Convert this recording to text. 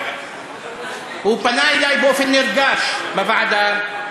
הוא פנה אלי באופן נרגש בוועדה.